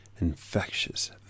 infectious